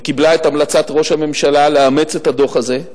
וקיבלה את המלצת ראש הממשלה לאמץ את הדוח הזה,